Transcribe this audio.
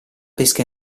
pesca